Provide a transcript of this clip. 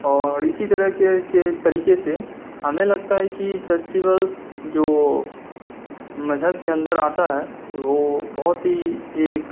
اور اسی طرح کے کے طریقے سے ہمیں لگتا ہے کہ فیسٹولس جو مذہب کے اندر آتا ہے وہ بہت ہی ایک